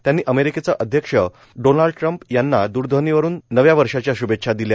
त्यांनी अमेरिकेचे अध्यक्ष डोनाल्ड ट्रम्प यांना द्रध्वनीवरुन नव्या वर्षाच्या शुभेच्छा दिल्या